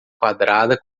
quadrada